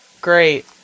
Great